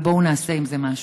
בואו נעשה עם זה משהו.